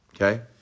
Okay